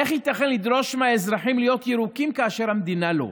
איך ייתכן לדרוש מהאזרחים להיות ירוקים כאשר המדינה לא?